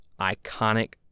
iconic